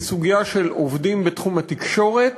היא סוגיה של עובדים בתחום התקשורת